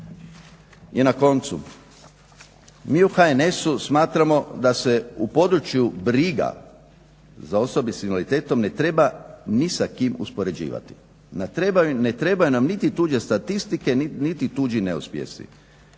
I na koncu, mi u HNS-u smatramo da se u području briga za osobe sa invaliditetom ne treba ni sa kim uspoređivati. Ne trebaju nam niti tuđe statistike, niti tuđi neuspjesi.